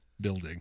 building